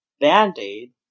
band-aid